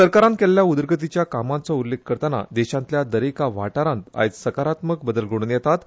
सरकारान केल्ल्या उदरगतीच्या कामांचो उल्लेख करताना देशांतल्या दरेका वाठारांत आयज सकारात्मक बदल घडोवन येतात